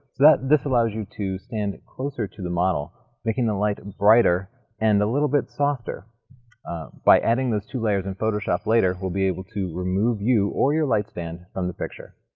this allows you to stand closer to the model making the light brighter and a little bit softer by adding those two layers in photoshop later we'll be able to remove you or your light stand from the picture.